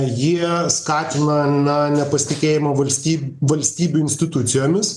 jie skatina na nepasitikėjimą valsty valstybių institucijomis